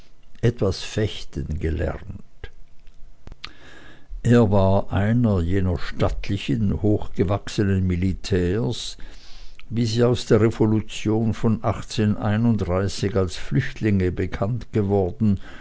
etwas fechten gelernt es war einer jener stattlichen hochgewachsenen militärs wie sie aus der revolution von als flüchtlinge bekannt geworden